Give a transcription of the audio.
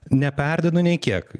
neperdedu nei kiek